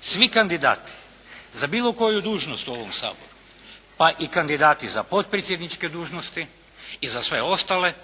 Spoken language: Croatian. svi kandidati za bilo koju dužnost u ovom Saboru pa i kandidati za potpredsjedničke dužnosti i za sve ostale